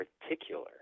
particular